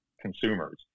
consumers